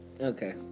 Okay